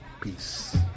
peace